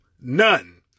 None